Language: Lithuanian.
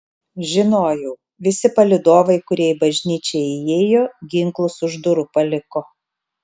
žinojau visi palydovai kurie į bažnyčią įėjo ginklus už durų paliko